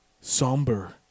somber